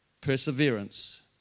Perseverance